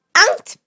Aunt